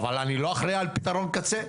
אבל אני לא אחראי על פתרון קצה,